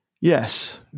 Yes